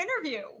interview